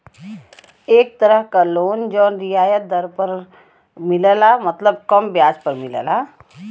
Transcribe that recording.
एक तरह क लोन जौन रियायत दर पर मिलला मतलब कम ब्याज पर मिलला